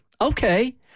okay